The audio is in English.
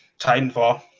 Titanfall